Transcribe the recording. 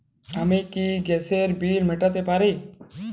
আমি কি গ্যাসের বিল মেটাতে পারি?